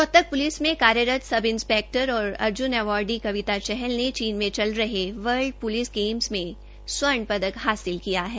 Rohtak police में कार्यरत sub inspector और अर्ज्न अवार्डी कविता चहल ने चीन में चल रहे वर्ल्ड प्लिस गेम में स्वर्ण पदक हासिल किया है